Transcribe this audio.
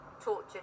tortured